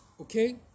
Okay